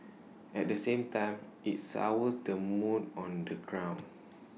at the same time IT sours the mood on the ground